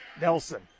Nelson